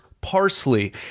Parsley